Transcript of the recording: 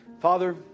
Father